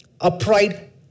upright